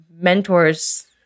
mentors